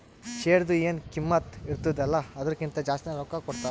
ಶೇರ್ದು ಎನ್ ಕಿಮ್ಮತ್ ಇರ್ತುದ ಅಲ್ಲಾ ಅದುರ್ಕಿಂತಾ ಜಾಸ್ತಿನೆ ರೊಕ್ಕಾ ಕೊಡ್ತಾರ್